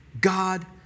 God